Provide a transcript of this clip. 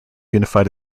unified